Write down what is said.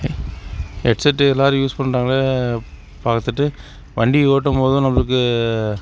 head set எல்லாரும் use பண்ணுறாங்களே பார்த்துட்டு வண்டி ஓட்டும்போதும் நம்மளுக்கு